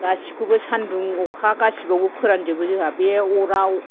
गासिखौबो सान्दुं अखा गासिबावबो फोरानजोबो जोंहा बे अराव